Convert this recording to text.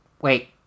Wait